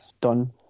done